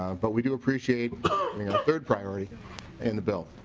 but we do appreciate the third priority in the bill.